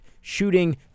shooting